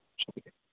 شکریہ